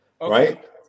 right